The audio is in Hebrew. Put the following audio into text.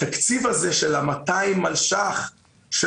התקציב הזה של 200 מיליון השקלים של